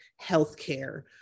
healthcare